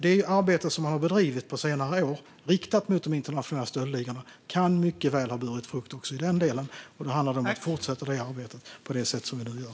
Det arbete som har bedrivits på senare år riktat mot de internationella stöldligorna kan mycket väl ha burit frukt också i den delen. Det handlar om att fortsätta arbetet på det sätt som vi nu gör.